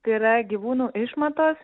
tai yra gyvūnų išmatos